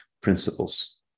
principles